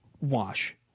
Wash